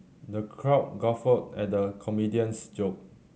the crowd guffawed at the comedian's joke